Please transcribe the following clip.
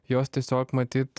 jos tiesiog matyt